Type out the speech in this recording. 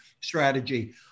Strategy